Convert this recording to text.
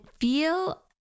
feel